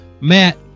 Matt